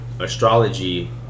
astrology